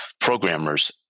programmer's